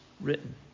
written